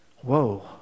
Whoa